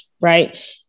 right